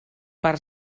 per